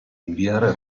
inviare